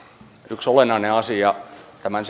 yksi olennainen asia tämän